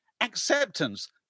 acceptance